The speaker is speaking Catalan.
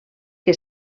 que